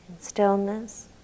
stillness